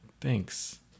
thanks